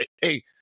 hey